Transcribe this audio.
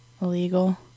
Illegal